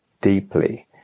deeply